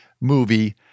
movie